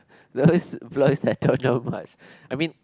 always blows that don't know much I mean